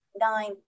nine